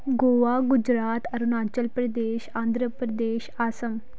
Goa Gujarat Arunachal Pradesh Andhra Pradesh Assam